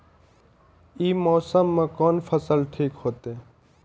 ई मौसम में कोन फसल ठीक होते?